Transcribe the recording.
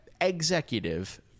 executive